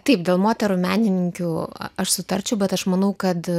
taip dėl moterų menininkių aš sutarčiau bet aš manau kad